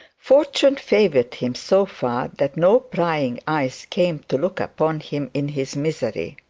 fortune favoured him so far that no prying eyes came to look upon him in his misery.